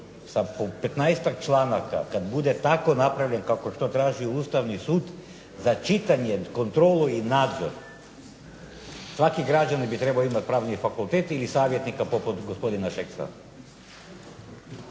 po 15-ak članaka kad bude tako napravljen kao što traži Ustavni sud za čitanje, kontrolu i nadzor svaki građanin bi trebao imati pravni fakultet ili savjetnika poput gospodina Šeksa.